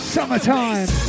Summertime